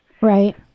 Right